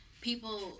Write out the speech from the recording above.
people